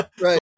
right